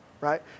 Right